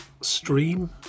stream